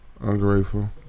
ungrateful